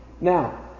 Now